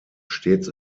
stets